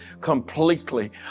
completely